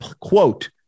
Quote